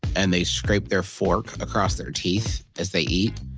and they scrape their fork across their teeth as they eat.